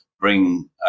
bring